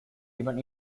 even